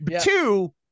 two